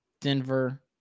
denver